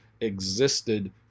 existed